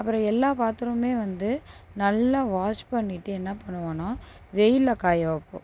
அப்புறம் எல்லா பாத்திரமுமே வந்து நல்லா வாஷ் பண்ணிட்டு என்ன பண்ணுவோன்னால் வெயிலில் காய வைப்போம்